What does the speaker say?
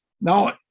Now